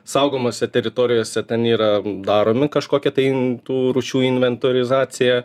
saugomose teritorijose ten yra daromi kažkokie tai tų rūšių inventorizacija